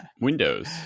Windows